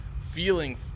feeling